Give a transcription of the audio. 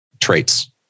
traits